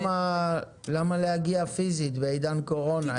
למה להגיע פיזית בעידן של קורונה?